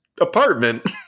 apartment